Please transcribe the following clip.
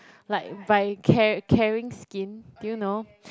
like by car~ caring skin do you know